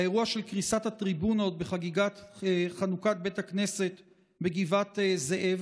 האירוע של קריסת הטריבונות בחגיגת חנוכת בית הכנסת בגבעת זאב